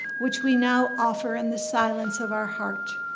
which we now offer in the silence of our heart.